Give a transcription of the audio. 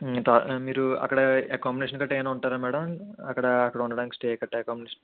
మీరు అక్కడ అకామిడేషన్ గట్టా ఏమైనా ఉంటారా మ్యాడం అక్కడ అక్కడ ఉండటానికి స్టే గట్టా అకామిడేషన్